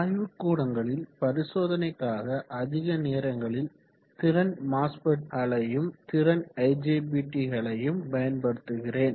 ஆய்வுக்கூடங்களில் பரிசோதனைக்காக அதிக நேரங்களில் திறன் மாஸ்பெட்களையும் திறன் ஐஜிபிற்றிகளையும் பயன்படுத்துகிறேன்